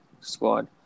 squad